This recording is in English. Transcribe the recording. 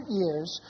years